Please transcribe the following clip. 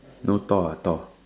no Thor ah Thor